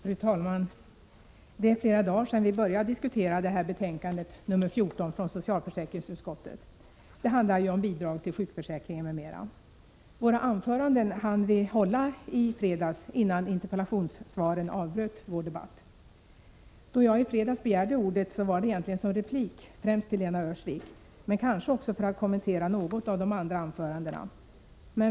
Fru talman! Det är flera dagar sedan vi började diskutera det här betänkandet, nr 14, från socialförsäkringsutskottet. Det handlar om bidrag till sjukförsäkringen m.m. Våra anföranden hann vi hålla i fredags, innan interpellationssvaren avbröt vår debatt. Då jag i fredags begärde ordet var det egentligen som replik främst till Lena Öhrsvik, men kanske också för att kommentera något av de andra anförandena.